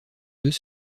deux